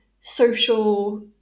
social